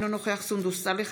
אינו נוכח סונדוס סאלח,